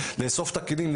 לאסוף את הכלים,